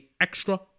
extra